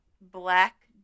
black